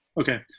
okay